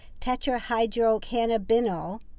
tetrahydrocannabinol